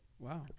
wow